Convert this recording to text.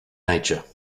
nature